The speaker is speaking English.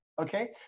Okay